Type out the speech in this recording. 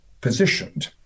positioned